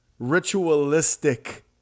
Ritualistic